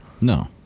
No